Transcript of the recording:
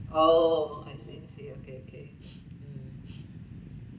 oh I see I see okay okay mm